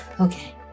Okay